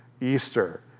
Easter